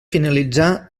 finalitzar